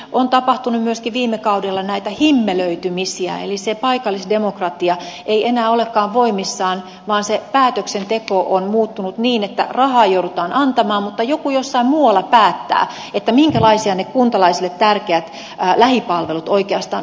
on tapahtunut myöskin viime kaudella näitä himmelöitymisiä eli se paikallisdemokratia ei enää olekaan voimissaan vaan se päätöksenteko on muuttunut niin että rahaa joudutaan antamaan mutta joku jossain muualla päättää minkälaisia ne kuntalaisille tärkeät lähipalvelut oikeastaan ovat